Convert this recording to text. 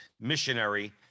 missionary